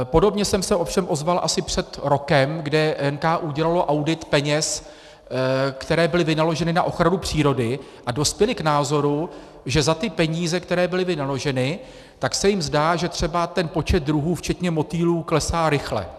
Podobně jsem se ovšem ozval asi před rokem, kdy NKÚ dělalo audit peněz, které byly vynaloženy na ochranu přírody, a dospěli k názoru, že za ty peníze, které byly vynaloženy, tak se jim zdá, že třeba ten počet druhů včetně motýlů klesá rychle.